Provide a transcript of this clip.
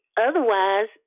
Otherwise